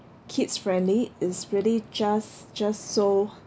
kids friendly it's really just just so